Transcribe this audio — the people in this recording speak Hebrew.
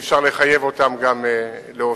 שאי-אפשר לחייב אותם גם להוסיף,